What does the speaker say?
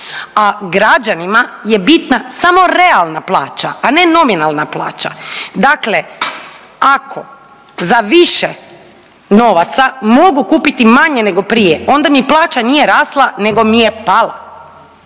a građanima je bitna samo realna plaća, a ne nominalna plaća. Dakle, ako za više novaca mogu kupiti manje nego prije onda mi plaća nije rasla nego mi je pala.